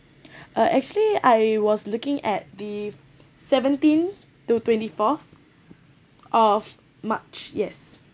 uh actually I was looking at the seventeen to twenty-fourth of march yes